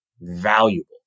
valuable